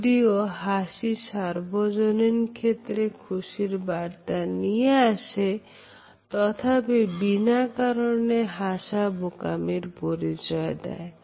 যদিও হাসি সার্বজনীন ক্ষেত্রে খুশির বার্তা নিয়ে আসে তথাপি বিনা কারণে হাসা বোকামির পরিচয় দেয়